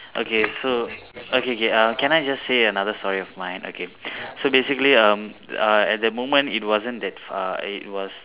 okay so okay K K uh can I just say another story of mine okay so basically um uh at the moment it wasn't that far uh it was